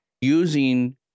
using